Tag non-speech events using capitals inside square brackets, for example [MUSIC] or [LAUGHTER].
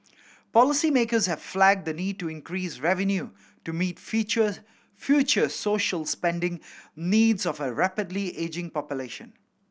policymakers have flagged the need to increase revenue to meet [UNINTELLIGIBLE] future social spending needs of a rapidly ageing population